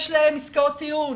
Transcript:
יש להם עסקאות טיעון